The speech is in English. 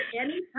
anytime